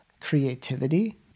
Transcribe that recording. creativity